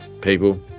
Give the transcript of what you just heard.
people